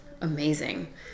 amazing